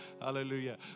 Hallelujah